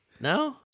no